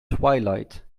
twilight